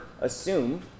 assume